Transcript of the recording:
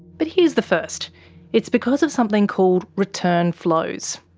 but here's the first it's because of something called return flows.